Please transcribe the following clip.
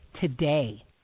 today